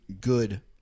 good